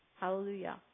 Hallelujah